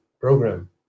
program